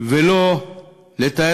וללא מכוני